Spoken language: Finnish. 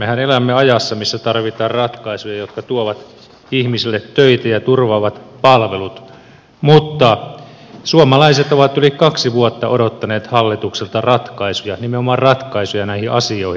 mehän elämme ajassa missä tarvitaan ratkaisuja jotka tuovat ihmisille töitä ja turvaavat palvelut mutta suomalaiset ovat yli kaksi vuotta odottaneet hallitukselta ratkaisuja nimenomaan ratkaisuja näihin asioihin